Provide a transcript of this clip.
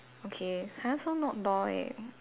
okay !huh! so not door leh